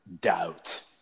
doubt